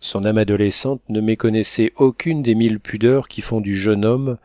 son âme adolescente ne méconnaissait aucune des mille pudeurs qui font du jeune homme